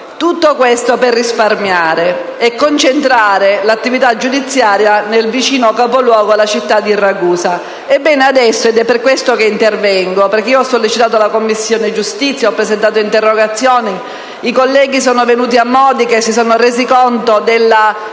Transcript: Tutto questo per risparmiare e concentrare l'attività giudiziaria nel vicino capoluogo, la città di Ragusa. Ebbene, adesso (ed è per questo che intervengo, perché io ho sollecitato la Commissione giustizia, ho presentato interrogazioni, i colleghi sono venuti a Modica e si sono resi conto della